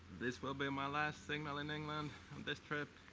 this will be my last signal in england on this trip.